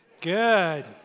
Good